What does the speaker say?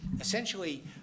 essentially